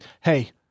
hey